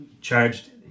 charged